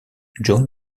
joan